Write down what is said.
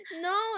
no